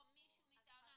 או מישהו מטעמה.